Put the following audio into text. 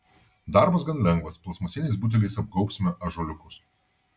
darbas gan lengvas plastmasiniais buteliais apgaubsime ąžuoliukus